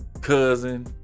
cousin